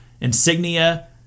insignia